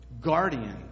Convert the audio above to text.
guardian